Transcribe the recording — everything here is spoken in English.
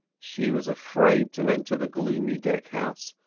she was afraid to enter the gloomy deckhouse,